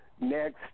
next